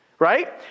Right